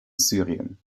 syrien